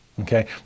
Okay